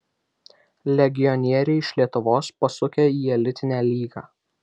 legionieriai iš lietuvos pasukę į elitinę lygą